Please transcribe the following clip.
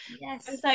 Yes